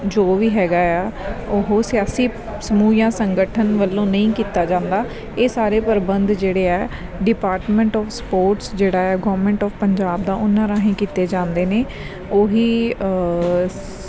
ਜੋ ਵੀ ਹੈਗਾ ਆ ਉਹ ਸਿਆਸੀ ਸਮੂਹ ਜਾਂ ਸੰਗਠਨ ਵੱਲੋਂ ਨਹੀਂ ਕੀਤਾ ਜਾਂਦਾ ਇਹ ਸਾਰੇ ਪ੍ਰਬੰਧ ਜਿਹੜੇ ਆ ਡਿਪਾਰਟਮੈਂਟ ਆਫ ਸਪੋਰਟਸ ਜਿਹੜਾ ਗੌਰਮੈਂਟ ਆਫ ਪੰਜਾਬ ਦਾ ਉਹਨਾਂ ਰਾਹੀਂ ਕੀਤੇ ਜਾਂਦੇ ਨੇ ਉਹੀ